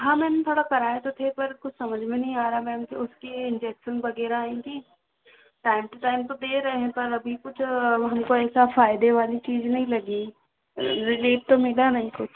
हाँ मैम थोड़ा कराये तो थे पर कुछ समझ में नहीं आ रहा मैम तो उसकी इंजेक्सन वगैरह ही टाइम टू टाइम तो दे रहे हैं पर अभी कुछ उनको ऐसा फायदे वाली चीज नहीं लगी रीलीफ तो मिला नहीं कुछ